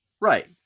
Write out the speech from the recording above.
Right